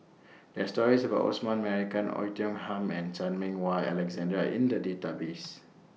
There Are stories about Osman Merican Oei Tiong Ham and Chan Meng Wah Alexander in The Database